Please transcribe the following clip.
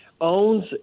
owns